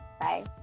Bye